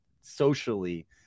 socially